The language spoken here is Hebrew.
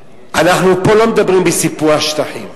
אנחנו לא מדברים פה בסיפוח שטחים.